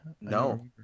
No